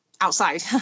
outside